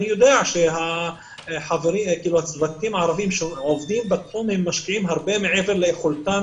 אני יודע שהצוותים הערבים שעובדים בתחום משקיעים הרבה מעבר ליכולתם,